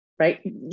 right